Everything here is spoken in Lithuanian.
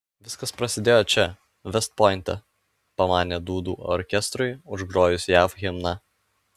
viskas prasidėjo čia vest pointe pamanė dūdų orkestrui užgrojus jav himną